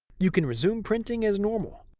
you can resume printing as normal.